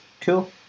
cool